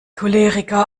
choleriker